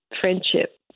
friendship